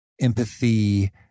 empathy